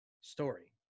story